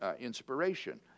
inspiration